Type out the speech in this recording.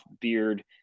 beard